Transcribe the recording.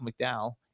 McDowell